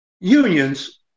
Unions